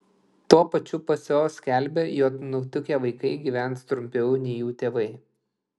tuo pačiu pso skelbia jog nutukę vaikai gyvens trumpiau nei jų tėvai